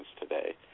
today